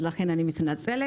אז לכן אני מתנצלת.